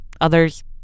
Others